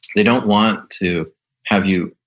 they don't want to have you,